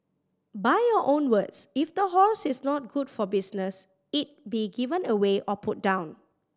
by your own words if the horse is not good for business it be given away or put down